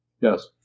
Yes